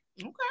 Okay